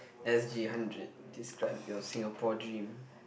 S_G hundred describe your Singapore dream